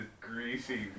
greasy